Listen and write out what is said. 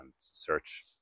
search